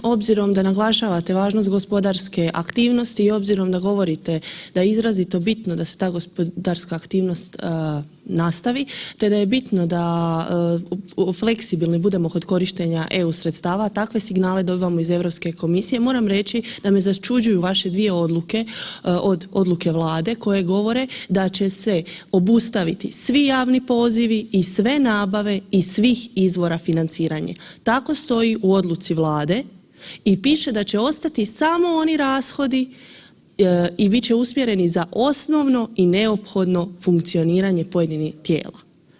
Obzirom da naglašavate važnost gospodarske aktivnosti i obzirom da govorite da je izrazito bitno da se ta gospodarska aktivnost nastavi te da je bitno da budemo fleksibilni kod korištenja eu sredstava takve signale dobivamo iz Europske komisije moram reći da me začuđuju vaše dvije odluke, odluke Vlade koje govore da će se obustaviti svi javni pozivi i sve nabave iz svih izvora financiranja, tako stoji u odluci Vlade i piše da će ostati samo oni rashodi i bit će usmjereni za osnovno i neophodno funkcioniranje pojedinih tijela.